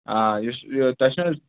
آ یُس یہِ تۄہہِ چھُنہ